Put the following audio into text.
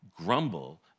grumble